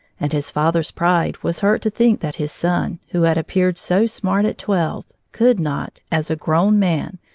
and his father's pride was hurt to think that his son who had appeared so smart at twelve could not, as a grown man,